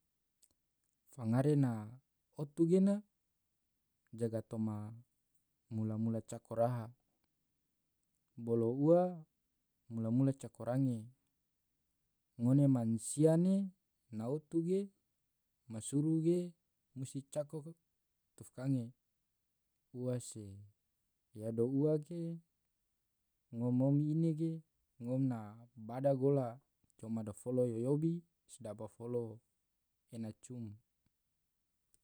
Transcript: fangare na otu gena jaga toma mula-mula cako raha, bolo ua mula-mula cako range, ngone mansia ne na otu ge masuru ge musti cako tufkange, ua se yado ua ge ngone mom ine ge ngone na bada gola coma dofolo yo yobi sedaba folo ena cum.